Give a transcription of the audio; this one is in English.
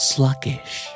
Sluggish